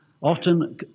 often